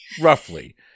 roughly